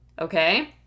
okay